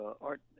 Art